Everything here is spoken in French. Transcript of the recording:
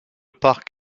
parc